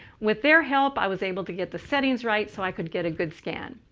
with their help, i was able to get the settings right so i could get a good scan.